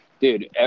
dude